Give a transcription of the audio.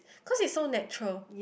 cause it's so natural